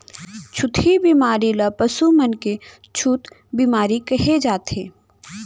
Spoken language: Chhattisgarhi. छुतही बेमारी ल पसु मन के छूत बेमारी कहे जाथे